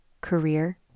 career